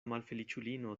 malfeliĉulino